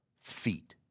feet